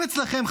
אם אצלכם,